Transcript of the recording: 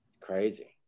crazy